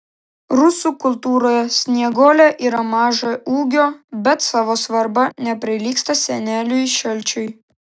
rusų kultūroje snieguolė yra mažo ūgio bet savo svarba neprilygsta seneliui šalčiui